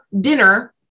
dinner